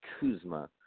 Kuzma